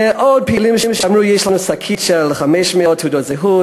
ועוד פעילים שאמרו: יש לנו שקית של 500 תעודות זהות,